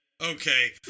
Okay